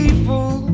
People